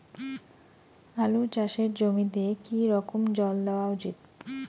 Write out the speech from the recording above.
আলু চাষের জমিতে কি রকম জল দেওয়া উচিৎ?